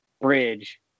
bridge